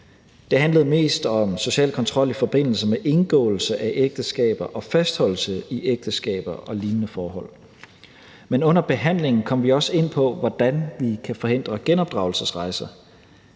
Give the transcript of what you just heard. Det handlede mest om social kontrol i forbindelse med indgåelse af ægteskaber og fastholdelse i ægteskaber og lignende forhold. Men under behandlingen kom vi også ind på, hvordan vi kan forhindre genopdragelsesrejser,